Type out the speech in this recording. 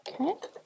okay